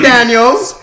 Daniels